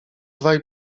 dwaj